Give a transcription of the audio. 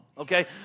okay